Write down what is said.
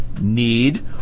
need